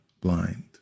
blind